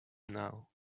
now